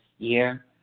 year